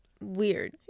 weird